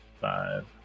five